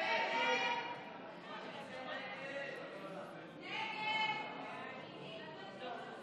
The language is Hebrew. ההסתייגות (78) של חבר הכנסת אורי מקלב לפני סעיף 1 לא נתקבלה.